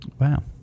Wow